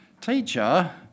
Teacher